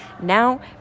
Now